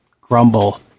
Grumble